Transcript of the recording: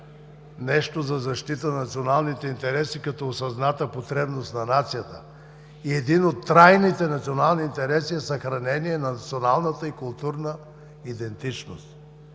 нещо за защита на националните интереси, като осъзната потребност на нацията, където един от трайните национални интереси е съхранението на националната и културна идентичност.